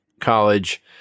college